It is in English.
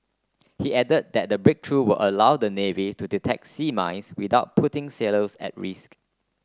he added that the breakthrough will allow the navy to detect sea mines without putting sailors at risk